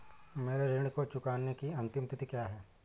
मेरे ऋण को चुकाने की अंतिम तिथि क्या है?